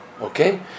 Okay